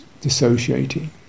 dissociating